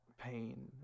pain